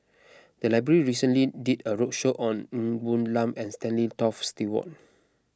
the library recently did a roadshow on Ng Woon Lam and Stanley Toft Stewart